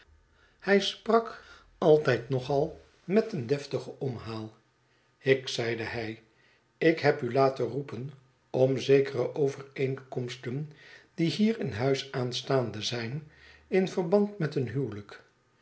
hij sprak altijd nog al met een deftigen omhaal hicks zeide hij ik heb u laten roepen om zekere overeenkomsten die hier in huis aanstaande zijn in verband met een huwelijk